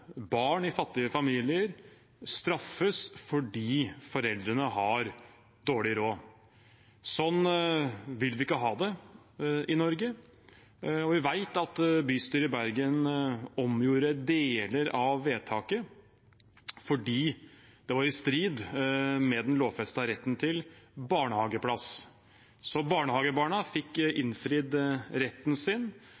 barn i fattige familier straffes fordi foreldrene har dårlig råd. Sånn vil vi ikke ha det i Norge. Vi vet at bystyret i Bergen omgjorde deler av vedtaket fordi det var i strid med den lovfestede retten til barnehageplass. Så barnehagebarna fikk innfridd retten sin, men poenget er at barna i